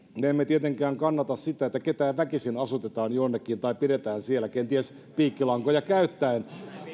me emme tietenkään kannata sitä että ketään väkisin asutetaan jonnekin tai pidetään siellä kenties piikkilankoja käyttäen